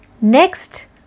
Next